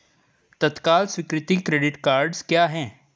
तत्काल स्वीकृति credit cards क्या हैं?